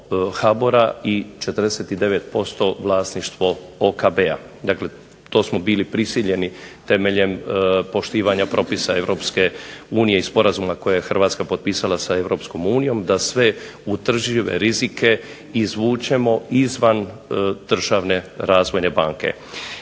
HBOR-a i 49% vlasništvo OKB-a. dakle, to smo bili prisiljeni temeljem poštivanja propisa EU i sporazuma koji je HRvatska potpisala sa EU da sve utržive rizike izvučemo izvan državne razvojne banke.